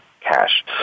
cash